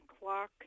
clock